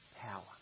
power